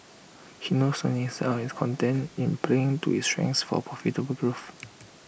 he knows Sony inside out and is content in playing to his strengths for profitable growth